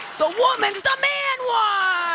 the woman's the man ah